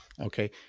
Okay